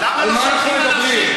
על מה אנחנו מדברים?